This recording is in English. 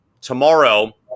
tomorrow